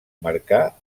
marcà